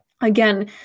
again